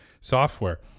software